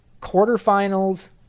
quarterfinals